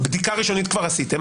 בדיקה ראשונית כבר עשיתים,